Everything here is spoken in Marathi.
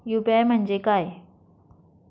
यू.पी.आय म्हणजे काय?